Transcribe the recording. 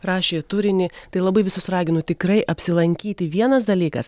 rašė turinį tai labai visus raginu tikrai apsilankyti vienas dalykas